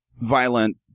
violent